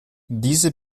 diese